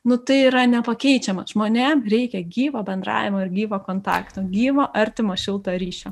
nu tai yra nepakeičiamas žmonėm reikia gyvo bendravimo ir gyvo kontakto gyvo artimo šilto ryšio